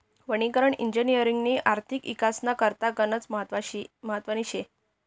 वनीकरण इजिनिअरिंगनी आर्थिक इकासना करता गनच महत्वनी शे